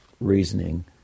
reasoning